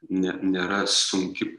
ne nėra sunki